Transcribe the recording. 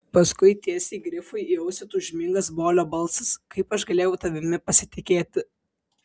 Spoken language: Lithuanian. paskui tiesiai grifui į ausį tūžmingas bolio balsas kaip aš galėjau tavimi pasitikėti